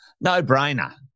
No-brainer